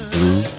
Blue